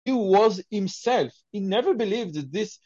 he was himself, he never believed that this...